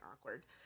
awkward